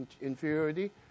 inferiority